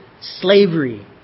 Slavery